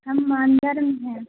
ہم ماندیر میں ہیں